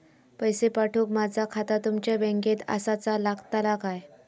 पैसे पाठुक माझा खाता तुमच्या बँकेत आसाचा लागताला काय?